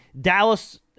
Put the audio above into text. Dallas